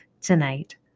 tonight